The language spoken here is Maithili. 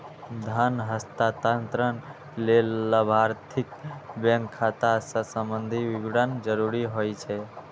धन हस्तांतरण लेल लाभार्थीक बैंक खाता सं संबंधी विवरण जरूरी होइ छै